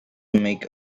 make